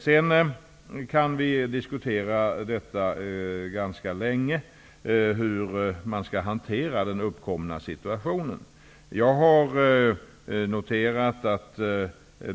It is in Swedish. Hur den uppkomna situationen skall hanteras kan vi diskutera ganska länge.